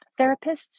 Therapists